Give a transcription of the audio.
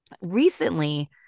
recently